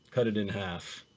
cut it in half,